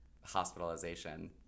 hospitalization